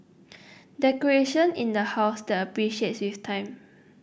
decoration in the house that appreciates with time